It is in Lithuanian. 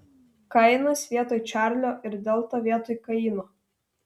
kainas vietoj čarlio ir delta vietoj kaino